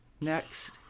next